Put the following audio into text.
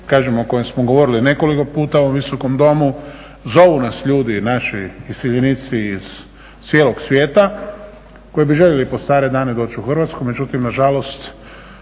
kažem o kojem smo govorili nekoliko puta u ovom Visokom domu. Zovu nas naši ljudi iseljenici iz cijelog svijeta koji bi željeli pod stare dane doći u Hrvatsku međutim nažalost,